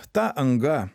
ta anga